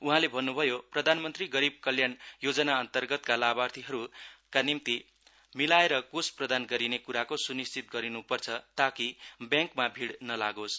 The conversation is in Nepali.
उहाँले भन्नुभयो प्रधानमन्त्री गरीब कल्याण योजना अन्तर्गतका लाभार्थीहरूका निम्ति मिलाएर कोष प्रदान गरिने कुराको स्निश्चित गरिन्पर्छ ताकि ब्याङ्कमा भिड नलागोस्